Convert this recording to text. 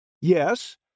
Yes